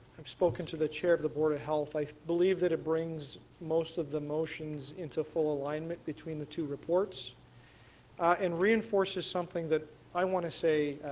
i've spoken to the chair of the board of health. i believe that it brings most of the motions into full alignment between the two reports and e enforces something that i want to say